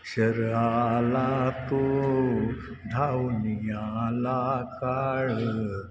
शर आला तो धाऊनि आला काळ